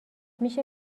میشه